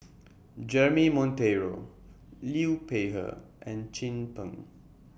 Jeremy Monteiro Liu Peihe and Chin Peng